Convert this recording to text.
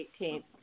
18th